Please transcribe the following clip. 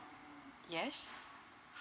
yes